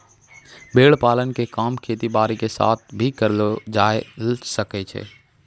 भेड़ पालन के काम खेती बारी के साथ साथ भी करलो जायल सकै छो